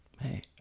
Hey